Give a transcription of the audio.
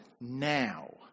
now